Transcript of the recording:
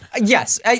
yes